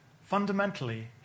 fundamentally